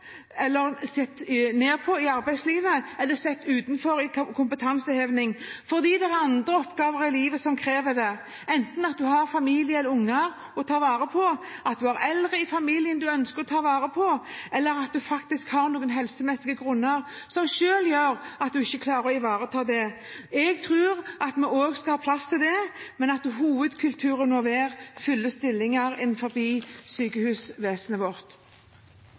ned på i arbeidslivet eller satt utenfor i forbindelse med kompetanseheving, fordi det er andre oppgaver i livet som krever det – enten fordi en har familie eller unger å ta vare på, fordi en har eldre i familien en ønsker å ta vare på, eller det kan være helsemessige grunner som gjør det. Jeg tror at vi også skal ha plass til det, men at hovedkulturen må være fulle stillinger innen sykehusvesenet vårt.